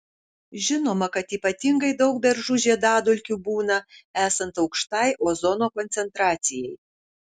žinoma kad ypatingai daug beržų žiedadulkių būna esant aukštai ozono koncentracijai